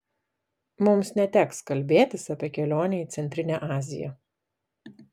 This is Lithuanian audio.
mums neteks kalbėtis apie kelionę į centrinę aziją